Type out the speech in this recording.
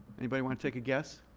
anybody want to take a guess?